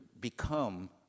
become